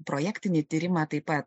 projektinį tyrimą taip pat